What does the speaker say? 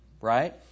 right